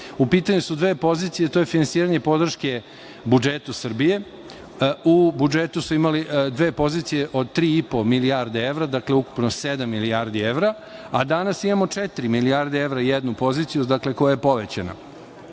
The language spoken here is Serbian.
U pitanju su dve pozicije: to je finansiranje podrške budžetu Srbije. U budžetu smo imali dve pozicije od tri i po milijarde evra, dakle ukupno sedam milijardi evra, a danas imamo četiri milijarde evra i jednu poziciju, dakle, koja je povećana.